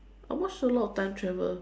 I watch a lot of time travel